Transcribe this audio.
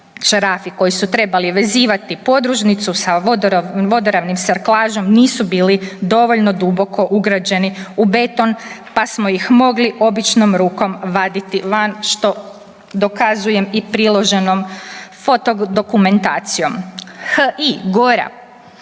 Šarafi koji su trebali vezivati podružnicu sa vodoravnim sarklažom nisu bili dovoljno duboko ugrađeni u beton, pa smo ih mogli običnom rukom vaditi van, što dokazujem i priloženom fotodokumentacijom. H.I. Gora.